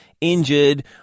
injured